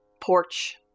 porch